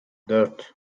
dört